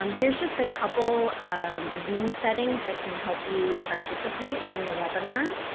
um here's just a couple um zoom settings that can help you participate in the webinar.